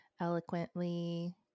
eloquently